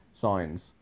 signs